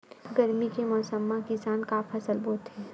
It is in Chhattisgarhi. गरमी के मौसम मा किसान का फसल बोथे?